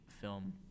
film